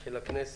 שלום לכולם.